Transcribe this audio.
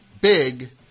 big